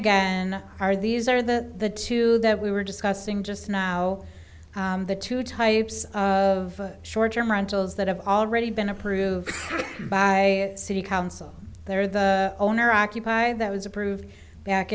again are these are the two that we were discussing just now the two types of short term rentals that have already been approved by city council there the owner occupied that was approved back